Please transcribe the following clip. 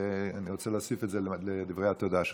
ואני רוצה להוסיף את זה לדברי התודה שלך.